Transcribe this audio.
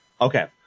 Okay